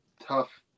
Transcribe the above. tough